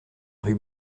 rue